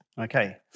Okay